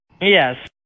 Yes